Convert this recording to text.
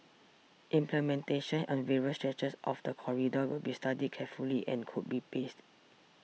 implementation on various stretches of the corridor will be studied carefully and could be paced